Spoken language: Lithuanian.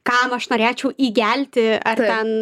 kam aš norėčiau įgelti ar ten